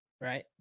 Right